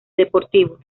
deportivo